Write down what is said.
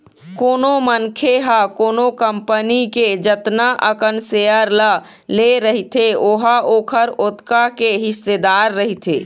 कोनो मनखे ह कोनो कंपनी के जतना अकन सेयर ल ले रहिथे ओहा ओखर ओतका के हिस्सेदार रहिथे